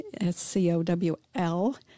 S-C-O-W-L